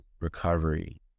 recovery